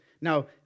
Now